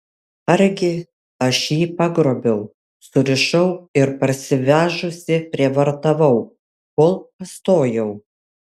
argi aš jį pagrobiau surišau ir parsivežusi prievartavau kol pastojau